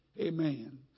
Amen